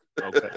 Okay